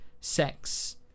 sex